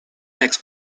next